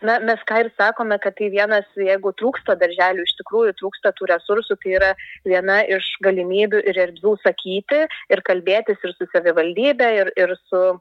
na mes ką ir sakome kad tai vienas jeigu trūksta darželiui iš tikrųjų trūksta tų resursų yra viena iš galimybių ir erdvių sakyti ir kalbėtis ir savivaldybe ir ir su